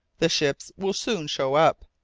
the ships will soon show up,